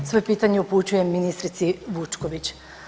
Svoje pitanje upućujem ministrici Vučković.